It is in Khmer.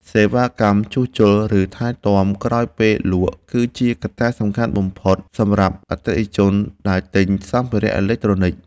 សេវាកម្មជួសជុល ឬថែទាំក្រោយពេលលក់ គឺជាកត្តាសំខាន់បំផុតសម្រាប់អតិថិជនដែលទិញសម្ភារៈអេឡិចត្រូនិក។